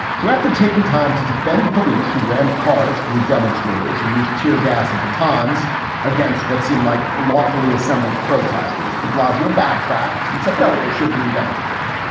so after taking time to defend police who rammed cars through demonstrators and used tear gas and batons against what seemed like lawfully assembled protesters. de blasio backtracked and said, no, they should be investigated.